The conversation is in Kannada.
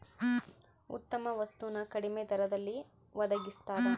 ಉತ್ತಮ ವಸ್ತು ನ ಕಡಿಮೆ ದರದಲ್ಲಿ ಒಡಗಿಸ್ತಾದ